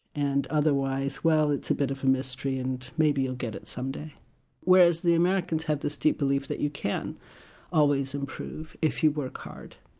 and otherwise, well, it's a bit of a mystery and maybe you'll get it someday! plus whereas the americans have this deep belief that you can always improve if you work hard.